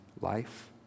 life